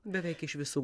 beveik iš visų